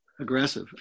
aggressive